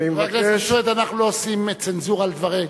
חבר הכנסת סוייד, אנחנו לא עושים צנזורה על דברים,